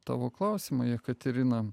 tavo klausimo jekaterina